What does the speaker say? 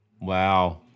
Wow